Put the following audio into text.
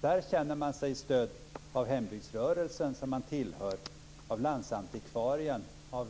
Där ger hembygdsrörelsen, landsantikvarien,